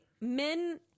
Men